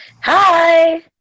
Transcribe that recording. hi